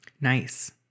nice